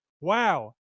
Wow